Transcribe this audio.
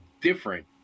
different